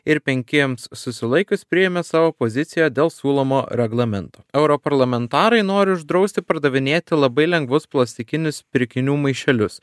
ir penkiems susilaikius priėmė savo poziciją dėl siūlomo reglamento europarlamentarai nori uždrausti pardavinėti labai lengvus plastikinius pirkinių maišelius